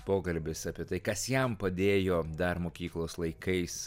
pokalbis apie tai kas jam padėjo dar mokyklos laikais